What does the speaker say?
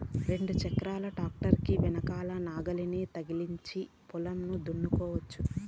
రెండు చక్రాల ట్రాక్టర్ కి వెనకల నాగలిని అతికించి పొలంను దున్నుకోవచ్చు